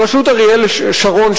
בראשות אריאל שרון,